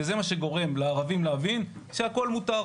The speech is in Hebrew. וזה מה שגורם לערבים להבין שהכול מותר.